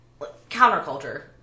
counterculture